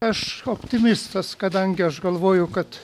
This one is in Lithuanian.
aš optimistas kadangi aš galvoju kad